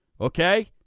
okay